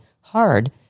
hard